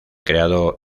creado